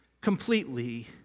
completely